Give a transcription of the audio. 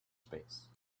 space